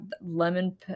lemon